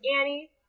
Annie